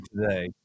today